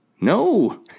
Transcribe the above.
No